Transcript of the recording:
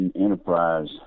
enterprise